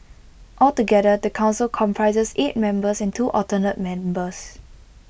altogether the Council comprises eight members and two alternate members